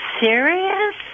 serious